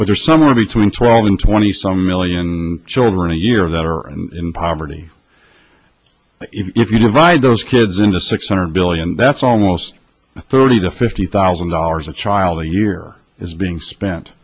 are somewhere between twelve and twenty some million children a year that are in poverty if you divide those kids into six hundred billion that's almost thirty to fifty thousand dollars a child a year is being spent